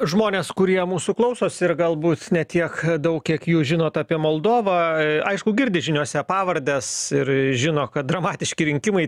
žmonės kurie mūsų klausosi ir galbūt ne tiek daug kiek jūs žinot apie moldovą aišku girdi žiniose pavardes ir žino kad dramatiški rinkimai